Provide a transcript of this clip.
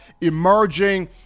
emerging